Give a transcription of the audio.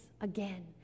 again